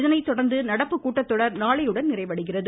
இதனை தொடர்ந்து நடப்பு கூட்டத்தொடர் நாளையுடன் நிறைவடைகிறது